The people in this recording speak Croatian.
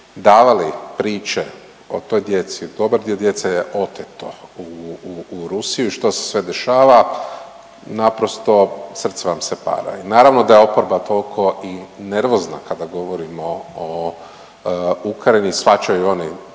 davali priče o toj djeci, dobar dio djece je oteto u Rusiju i što se sve dešava, naprosto srce vam se para i naravno da je oporba tolko i nervozna kada govorimo o Ukrajini, shvaćaju oni